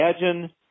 imagine –